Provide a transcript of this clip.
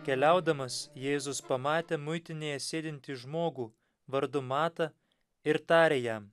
keliaudamas jėzus pamatė muitinėje sėdintį žmogų vardu matą ir tarė jam